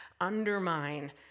undermine